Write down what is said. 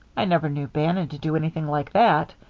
i never knew bannon to do anything like that,